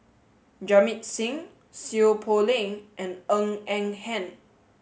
Jamit Singh Seow Poh Leng and Eng N Hen